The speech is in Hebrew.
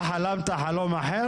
אתה חלמת חלום אחר?